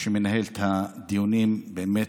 שמנהל את הדיונים באמת,